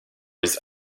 his